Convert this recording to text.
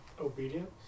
obedience